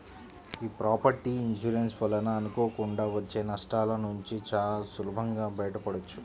యీ property insurance వలన అనుకోకుండా వచ్చే నష్టాలనుంచి చానా సులభంగా బయటపడొచ్చు